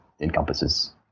encompasses